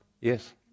Yes